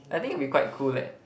I think it'll be quite cool leh